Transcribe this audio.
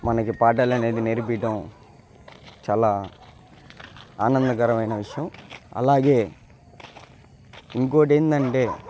మనకి పాఠాలు అనేది నేర్పీయడం చాలా ఆనందకరమైన విషయం అలాగే ఇంకొకటి ఏమిటి అంటే